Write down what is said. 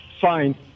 fine